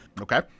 Okay